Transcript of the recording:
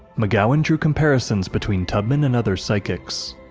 mcgowan drew comparisons between tubman and other psychics